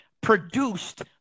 produced